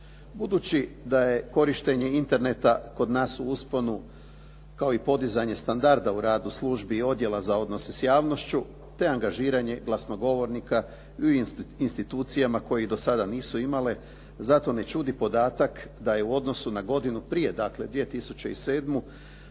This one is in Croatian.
Budući da je korištenje Interneta kod nas u usponu kao i podizanje standarda u radu službi i odjela za odnose s javnošću, te angažiranje glasnogovornika u institucijama koje do sada nisu imale. Zato ne čudi podatak da je u odnosu na godinu prije dakle 2007.